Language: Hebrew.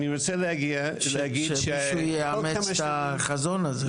כדי שהוא יאמץ את החזון הזה.